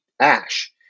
ash